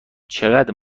چقدر